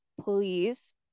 Please